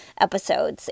episodes